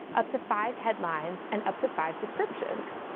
up to five headlines and up to five descriptions.